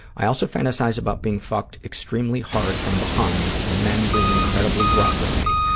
i also fantasize about being fucked extremely hard from behind and men being incredibly rough with me,